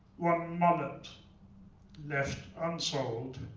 one mullet left unsold,